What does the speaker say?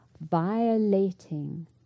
violating